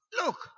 look